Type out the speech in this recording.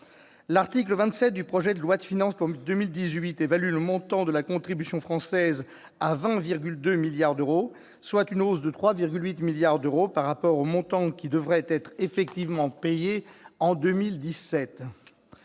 L'article 27 du projet de loi de finances pour 2018 évalue le montant de la contribution française à 20,2 milliards d'euros, soit une hausse de 3,8 milliards d'euros par rapport au montant qui devrait être effectivement payé en 2017.